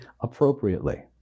appropriately